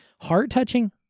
Heart-touching